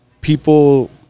people